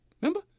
Remember